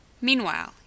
Meanwhile